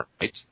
right